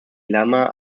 lama